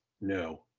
No